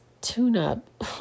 tune-up